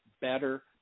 better